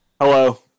Hello